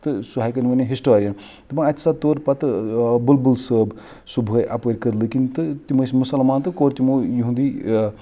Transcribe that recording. سُہ ہیکَن ؤنِتھ ہِسٹورِیَن دَپان اَتہِ ہسا توٚر پتہٕ بُلبُل صٲب صُبحٲے اَپٲرۍ کٕدلہٕ کِنۍ تہٕ تِم ٲسۍ مسلمان تہٕ کوٚر تِمو یُہُنٛدُے